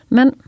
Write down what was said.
Men